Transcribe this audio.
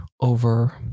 over